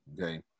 okay